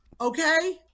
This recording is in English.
Okay